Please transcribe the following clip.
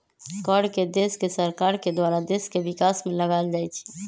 कर के देश के सरकार के द्वारा देश के विकास में लगाएल जाइ छइ